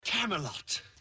Camelot